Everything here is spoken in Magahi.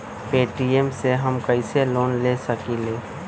पे.टी.एम से हम कईसे लोन ले सकीले?